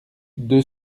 deux